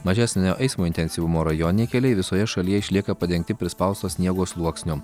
mažesnio eismo intensyvumo rajoniniai keliai visoje šalyje išlieka padengti prispausto sniego sluoksniu